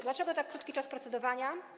Dlaczego tak krótki czas procedowania?